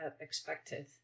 expected